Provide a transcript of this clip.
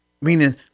meaning